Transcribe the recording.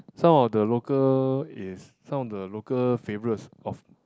some of the local is some of the local favourites of